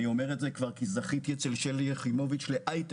אני אומר את זה כי כבר זכיתי אצל שלי יחימוביץ' לאייטם,